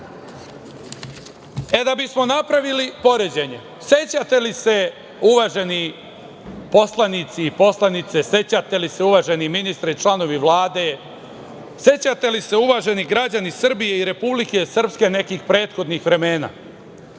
bismo napravili poređenje, sećate li se, uvaženi poslanici i poslanice, sećate li se, uvaženi ministre i članovi Vlade, sećate li se uvaženi građani Srbije i Republike Srpske nekih prethodnih vremena?